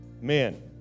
men